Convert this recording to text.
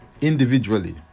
individually